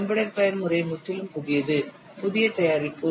embedded பயன்முறை முற்றிலும் புதியது புதிய தயாரிப்பு